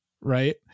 right